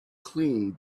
clean